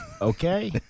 okay